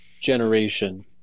generation